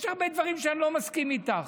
יש הרבה דברים שבהם אני לא מסכים איתך,